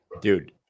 Dude